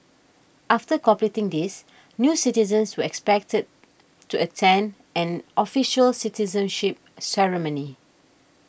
after completing these new citizens were expected to attend an official citizenship ceremony